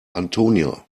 antonia